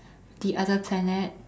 the other planet